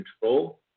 control